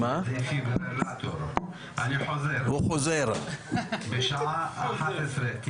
אני הולך לפרשנות פוליטית שלי, והסיבה היא